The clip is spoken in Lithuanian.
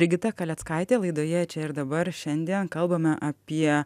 brigita kaleckaitė laidoje čia ir dabar šiandien kalbame apie